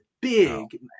big